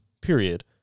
period